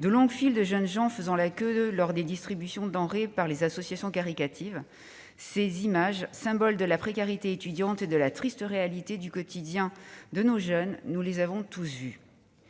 De longues files de jeunes gens faisant la queue lors des distributions de denrées par les associations caritatives : nous avons tous vu ces images, symboles de la précarité étudiante et de la triste réalité du quotidien de nos jeunes. La Cour des comptes se